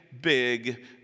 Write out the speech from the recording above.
big